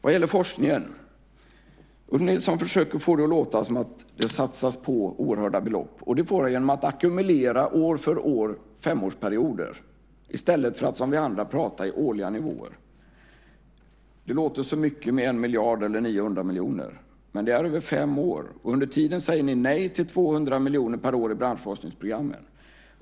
Ulf Nilsson försöker få det att låta som om det satsas oerhörda belopp på forskningen. Det får han genom att ackumulera femårsperioder år för år i stället för att, som vi andra, prata i årliga nivåer. Det låter så mycket med 1 miljard eller 900 miljoner, men det är över fem år. Under tiden säger ni nej till 200 miljoner per år i branschforskningsprogrammen.